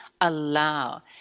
allow